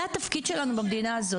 זה התפקיד שלנו במדינה הזאת.